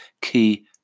key